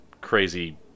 crazy